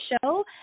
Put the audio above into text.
show